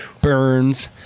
Burns